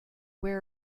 where